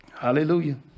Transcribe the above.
Hallelujah